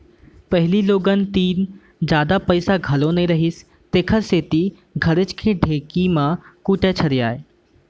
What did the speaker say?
पहिली लोगन तीन जादा पइसा घलौ नइ रहिस तेकर सेती घरेच के ढेंकी म कूटय छरय